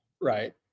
right